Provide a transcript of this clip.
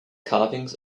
carvings